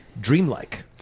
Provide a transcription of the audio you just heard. dreamlike